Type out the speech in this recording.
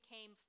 came